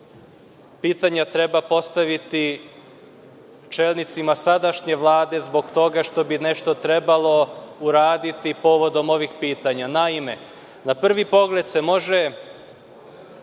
pitanja treba postaviti čelnicima sadašnje Vlade zbog toga što bi nešto trebalo uraditi povodom ovih pitanja. Naime, na prvi pogled se može